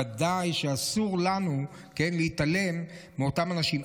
ודאי שאסור לנו להתעלם מאותם אנשים.